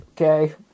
Okay